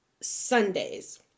Sundays